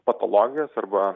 patologijas arba